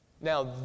Now